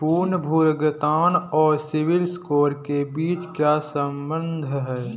पुनर्भुगतान और सिबिल स्कोर के बीच क्या संबंध है?